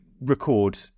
record